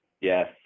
Yes